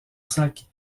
sac